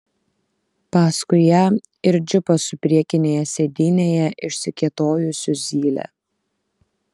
paskui ją ir džipas su priekinėje sėdynėje išsikėtojusiu zyle